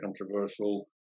controversial